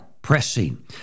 Pressing